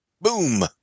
Boom